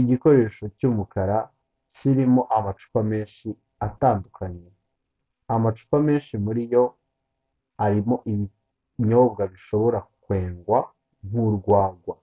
Igikoresho cy'umukara kirimo amacupa menshi atandukanye. Amacupa menshi muri yo arimo ibinyobwa bishobora kwengwa, nk'urwagwa.